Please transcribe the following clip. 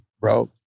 bro